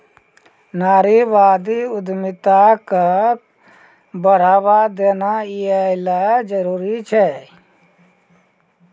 नारीवादी उद्यमिता क बढ़ावा देना यै ल जरूरी छै